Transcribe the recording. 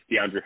DeAndre